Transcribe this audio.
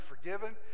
forgiven